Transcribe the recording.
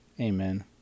Amen